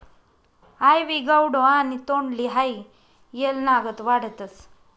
आइवी गौडो आणि तोंडली हाई येलनागत वाढतस